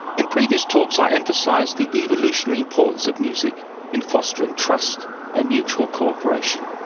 in previous talks i emphasised the evolutionary importance of music in fostering trust and mutual cooperation.